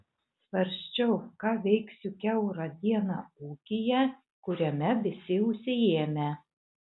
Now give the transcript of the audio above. svarsčiau ką veiksiu kiaurą dieną ūkyje kuriame visi užsiėmę